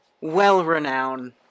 well-renowned